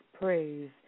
praise